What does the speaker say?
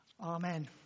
Amen